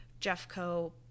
Jeffco